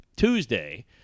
Tuesday